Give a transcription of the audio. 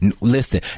listen